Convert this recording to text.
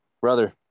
brother